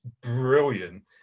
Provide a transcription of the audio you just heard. brilliant